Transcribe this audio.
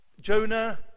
Jonah